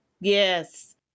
Yes